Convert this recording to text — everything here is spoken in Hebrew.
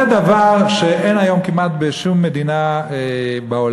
זה דבר שלא קיים היום כמעט בשום מדינה בעולם.